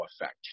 effect